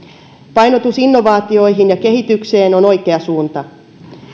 painotus innovaatioihin ja kehitykseen on oikea suunta